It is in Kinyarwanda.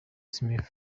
smith